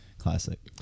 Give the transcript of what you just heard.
Classic